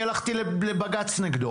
אני הלכתי לבג"ץ נגדו,